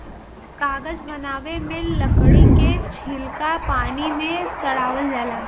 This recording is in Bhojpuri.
कागज बनावे मे लकड़ी के छीलका पानी मे सड़ावल जाला